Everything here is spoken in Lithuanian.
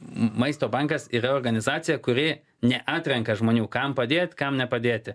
maisto bankas yra organizacija kuri neatrenka žmonių kam padėt kam nepadėti